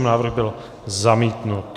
Návrh byl zamítnut.